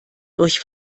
durch